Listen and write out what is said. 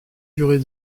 durée